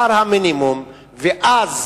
את שכר המינימום, ואז